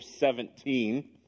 17